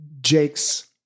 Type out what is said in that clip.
Jake's